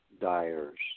dyers